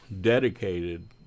dedicated